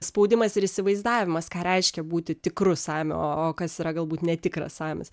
spaudimas ir įsivaizdavimas ką reiškia būti tikru samiu o kas yra galbūt netikras samis